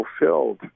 fulfilled